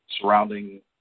surrounding